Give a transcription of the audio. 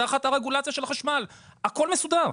תחת הרגולציה של החשמל הכל מסודר.